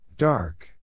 Dark